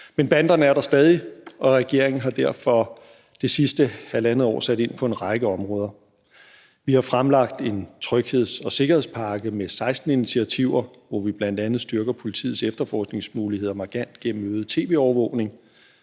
Men banderne er der stadig, og regeringen har derfor det sidste halvandet år sat ind på en række områder. Vi har fremlagt en trygheds- og sikkerhedspakke med 16 initiativer, hvor vi bl.a. styrker politiets efterforskningsmuligheder markant gennem øget tv-overvågning